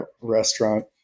restaurant